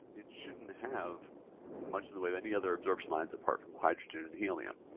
it shouldn't have much of the way of any other absorption lines apart from hydrogen and helium.